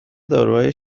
داروهای